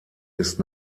ist